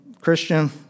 Christian